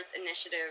initiative